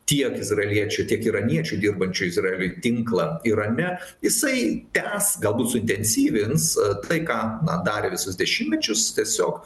tiek izraeliečių tiek iraniečių dirbančių izraeliui tinklą irane jisai tęs galbūt suintensyvins tai ką na dar visus dešimtmečius tiesiog